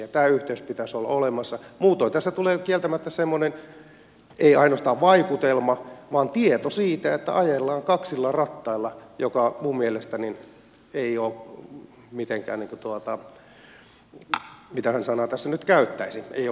tämän yhteyden pitäisi olla olemassa muuten tässä tulee kieltämättä semmoinen ei ainoastaan vaikutelma vaan tieto siitä että ajellaan kaksilla rattailla mikä minun mielestäni ei ole mitenkään mitähän sanaa tässä nyt käyttäisi hyväksyttävää